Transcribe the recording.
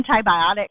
antibiotic